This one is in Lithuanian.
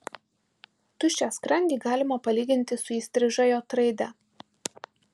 tuščią skrandį galima palyginti su įstriža j raide